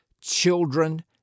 children